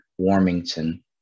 Warmington